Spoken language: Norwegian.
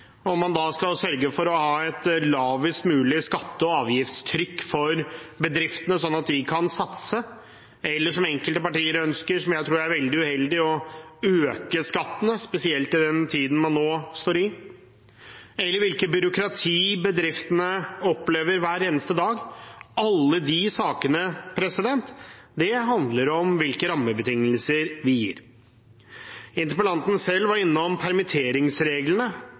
om man skal sørge for å ha et lavest mulig skatte- og avgiftstrykk for bedriftene, sånn at de kan satse, eller som enkelte partier ønsker, å øke skattene, som jeg tror er veldig uheldig, spesielt i den tiden man nå står i. Det kan også være hvilket byråkrati bedriftene opplever hver eneste dag. Alle de sakene handler om hvilke rammebetingelser vi gir. Interpellanten var selv innom permitteringsreglene.